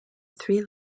three